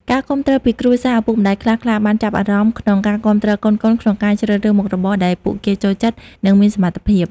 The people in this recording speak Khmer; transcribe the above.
ការគាំទ្រពីគ្រួសារឪពុកម្ដាយខ្លះៗបានចាប់អារម្មណ៍ក្នុងការគាំទ្រកូនៗក្នុងការជ្រើសរើសមុខរបរដែលពួកគេចូលចិត្ត និងមានសមត្ថភាព។